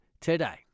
today